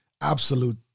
absolute